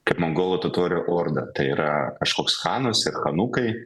kaip mongolų totorių orda tai yra kažkoks chanas ir chanukai